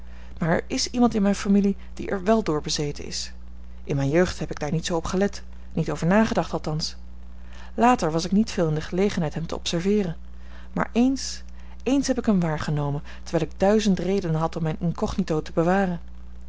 maar er is iemand in mijne familie die er wèl door bezeten is in mijne jeugd heb ik daar niet zoo op gelet niet over nagedacht althans later was ik niet veel in de gelegenheid hem te observeeren maar eens eens heb ik hem waargenomen terwijl ik duizend redenen had om mijn incognito te bewaren